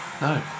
No